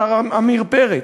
השר עמיר פרץ,